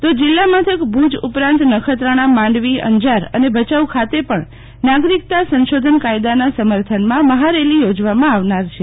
તો જીલ્લા મથક ભુજ અંજાર નખત્રાણા માંડવી અને ભચાઉ ખાતે પણ નાગરિકતા સંશોધન કાયદાના સમર્થનમાં મહારેલી યોજવામાં આવનાર છે